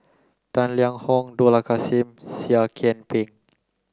Tang Liang Hong Dollah Kassim Seah Kian Peng